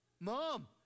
mom